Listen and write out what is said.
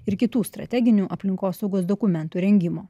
ir kitų strateginių aplinkosaugos dokumentų rengimo